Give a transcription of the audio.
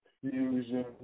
fusion